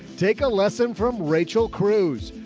take a lesson from rachel cruze.